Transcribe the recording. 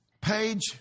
Page